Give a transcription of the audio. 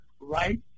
right